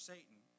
Satan